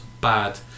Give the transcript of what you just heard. bad